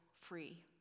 free